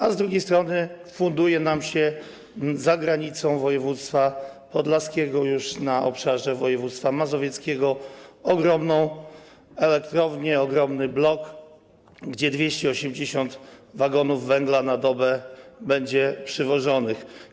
A funduje nam się za granicą województwa podlaskiego, już na obszarze województwa mazowieckiego, ogromną elektrownię, ogromny blok, gdzie 280 wagonów węgla na dobę będzie przywożonych.